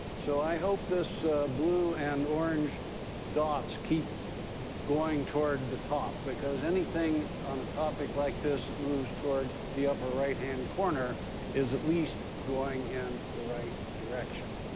so i hope these blue and orange dots keep going toward the top, because anything on a topic like this moves toward the upper-right-hand corner is at least going in the right direction.